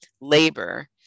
labor